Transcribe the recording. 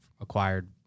acquired